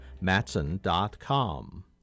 Matson.com